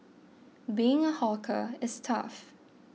being a hawker is tough